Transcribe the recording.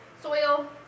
soil